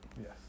Yes